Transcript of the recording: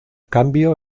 cambio